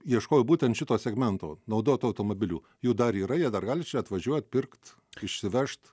ieškojo būtent šito segmento naudotų automobilių jų dar yra jie dar gali čia atvažiuot pirkt išsivežt